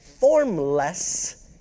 formless